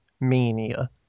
mania